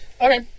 Okay